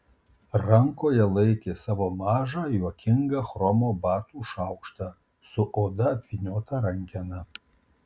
rankoje laikė savo mažą juokingą chromo batų šaukštą su oda apvyniota rankena